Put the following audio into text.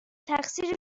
تقصیر